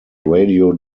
radio